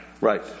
Right